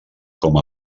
com